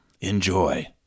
Enjoy